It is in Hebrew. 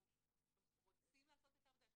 אנחנו רוצים לעשות את העבודה.